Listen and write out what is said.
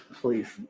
Please